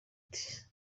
ati